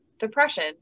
Depression